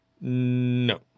No